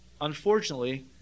unfortunately